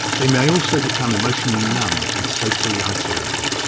they may also become emotionally numb and socially isolated,